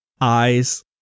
eyes